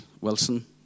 Wilson